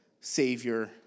Savior